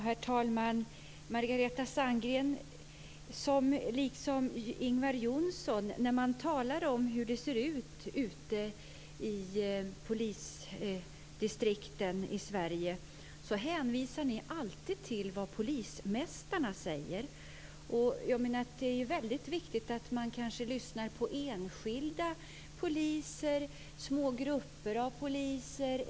Herr talman! När Margareta Sandgren och Ingvar Johnsson talar om hur det ser ut i polisdistrikten ute i landet hänvisar ni alltid till vad polismästarna säger. Det är väldigt viktigt att man lyssnar på enskilda poliser eller små grupper av poliser.